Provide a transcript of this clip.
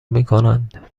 میکنند